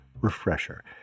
refresher